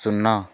ଶୂନ